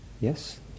Yes